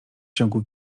ciągu